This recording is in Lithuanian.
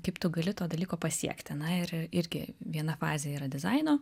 kaip tu gali to dalyko pasiekti na ir irgi viena fazė yra dizaino